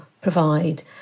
provide